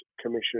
Commission